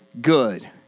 good